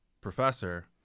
professor